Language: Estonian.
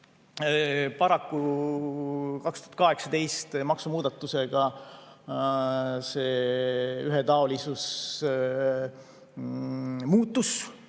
Paraku 2018. aasta maksumuudatusega see ühetaolisus muutus,